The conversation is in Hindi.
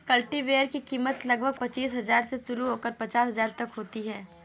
कल्टीवेटर की कीमत लगभग पचीस हजार से शुरू होकर पचास हजार तक होती है